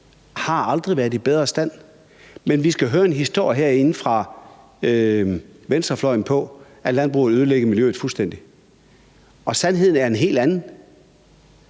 har aldrig været i bedre stand, men vi skal høre en historie herinde fra venstrefløjen om, at landbruget ødelægger miljøet fuldstændig. Sandheden er en helt anden.